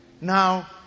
Now